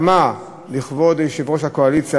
בהסכמה לכבוד יושב-ראש הקואליציה,